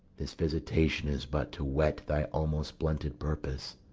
this visitation is but to whet thy almost blunted purpose.